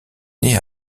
née